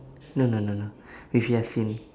no no no no you should have seen